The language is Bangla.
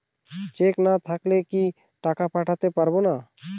চেক না থাকলে কি টাকা পাঠাতে পারবো না?